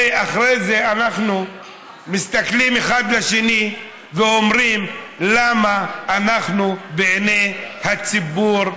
ואחרי זה אנחנו מסתכלים אחד על השני ואומרים: למה בעיני הציבור,